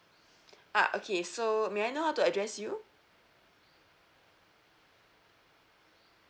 ah okay so may I know how to address you